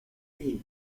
lille